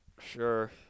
sure